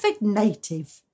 native